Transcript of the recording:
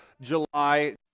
July